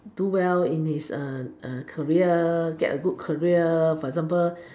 do well in his career get a good career for example